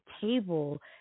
table